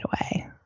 away